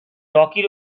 rocky